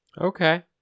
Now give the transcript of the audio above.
okay